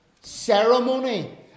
ceremony